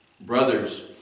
Brothers